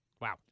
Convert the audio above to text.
Wow